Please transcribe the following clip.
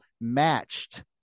matched